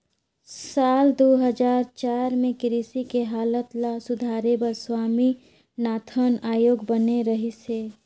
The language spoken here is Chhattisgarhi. साल दू हजार चार में कृषि के हालत ल सुधारे बर स्वामीनाथन आयोग बने रहिस हे